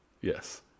Yes